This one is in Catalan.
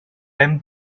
hem